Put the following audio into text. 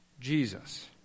Jesus